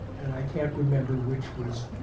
and i can't remember which was